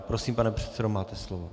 Prosím, pane předsedo, máte slovo.